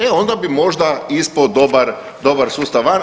E onda bi možda ispao dobar sustav van.